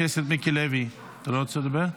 חבר הכנסת מיקי לוי, אתה לא רוצה לדבר?